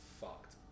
fucked